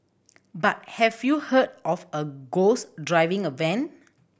but have you heard of a ghost driving a van